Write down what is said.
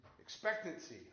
Expectancy